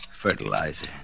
Fertilizer